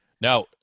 Now